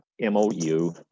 MOU